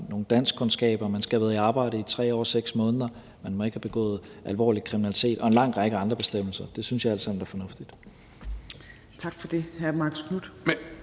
nogle danskkundskaber, at man skal have været i arbejde i 3 år og 6 måneder, at man ikke må have begået alvorlig kriminalitet, og en lang række andre bestemmelser. Det synes jeg alt sammen er fornuftigt. Kl. 13:53 Tredje